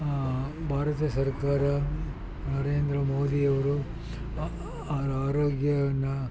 ಭಾರತ ಸರ್ಕಾರ ನರೇಂದ್ರ ಮೋದಿಯವರು ಆರ್ ಆರೋಗ್ಯವನ್ನು